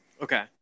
Okay